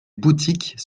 boutiques